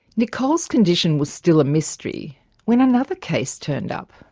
nichole's condition was still a mystery when another case turned up,